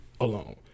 alone